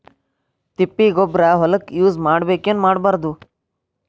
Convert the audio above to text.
ತಿಪ್ಪಿಗೊಬ್ಬರ ಹೊಲಕ ಯೂಸ್ ಮಾಡಬೇಕೆನ್ ಮಾಡಬಾರದು?